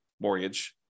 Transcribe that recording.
mortgage